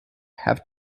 have